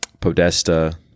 Podesta